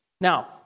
Now